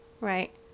Right